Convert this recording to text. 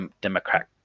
democrat